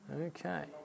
Okay